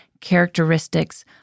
characteristics